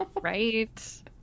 right